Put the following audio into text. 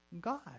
God